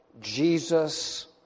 Jesus